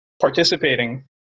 participating